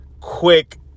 quick